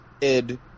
Id